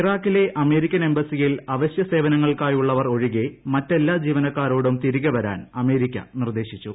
ഇറാഖിലെ അമേരിക്കൻ എംബസിയിൽ അവശ്യസേവനങ്ങൾക്കായുള്ളവർ ഒഴികെ മറ്റെല്ലാ ജീവനക്കാരോടും തിരികെ വരാൻ അമേരിക്ക നിർദ്ദേശിച്ചു